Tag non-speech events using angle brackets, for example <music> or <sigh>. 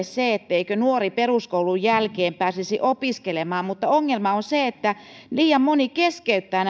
<unintelligible> se etteikö nuori peruskoulun jälkeen pääsisi opiskelemaan vaan ongelma on se että liian moni keskeyttää <unintelligible>